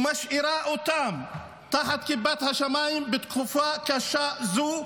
ומשאירה אותם תחת כיפת השמיים בתקופה קשה זו,